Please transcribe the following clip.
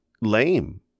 lame